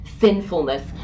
sinfulness